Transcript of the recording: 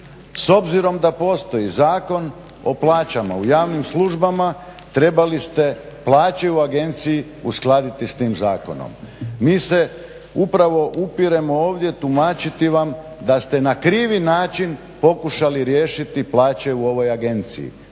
S obzirom da postoji Zakon o plaćama u javnim službama trebali ste plaće u Agenciji uskladiti s tim zakonom. Mi se upravo upiremo ovdje tumačiti vam da ste na krivi način pokušali riješiti plaće u ovoj Agenciji.